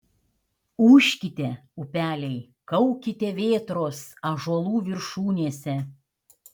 ūžkite upeliai kaukite vėtros ąžuolų viršūnėse